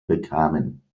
bekamen